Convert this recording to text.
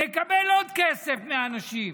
נקבל עוד כסף מאנשים.